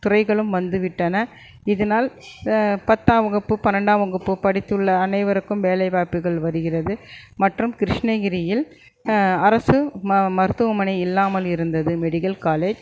துறைகளும் வந்துவிட்டன இதனால் பத்தாம் வகுப்பு பன்னென்டாம் வகுப்பு படித்துள்ள அனைவருக்கும் வேலை வாய்ப்புகள் வருகிறது மற்றும் கிருஷ்ணகிரியில் அரசு ம மருத்துவமனை இல்லாமல் இருந்தது மெடிக்கல் காலேஜ்